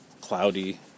Cloudy